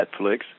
Netflix